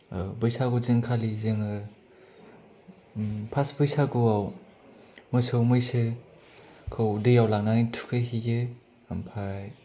ओ बैसागु दिनखालि जोङो फास्त बैसागुआव मोसौ मैसोखौ दैआव लांनानै थुखैहैयो ओमफाय